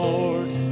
Lord